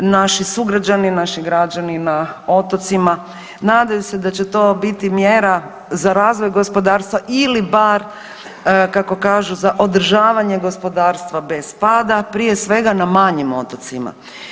Naši sugrađani, naši građani na otocima nadaju se da će to biti mjera za razvoj gospodarstva ili bar kako kažu za održavanje gospodarstva bez pada prije svega na manjim otocima.